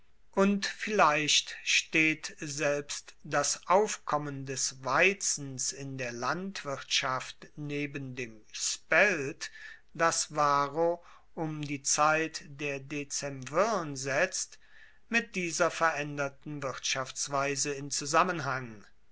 und vielleicht steht selbst das aufkommen des weizens in der landwirtschaft neben dem spelt das varro um die zeit der dezemvirn setzt mit dieser veraenderten wirtschaftsweise in zusammenhang